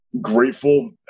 grateful